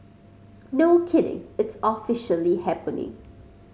no kidding it's officially happening